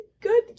good